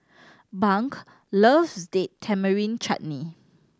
Bunk loves Date Tamarind Chutney